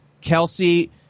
Kelsey